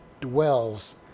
dwells